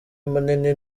munini